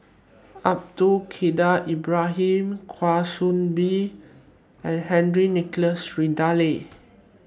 Abdul Kadir Ibrahim Kwa Soon Bee and Henry Nicholas Ridley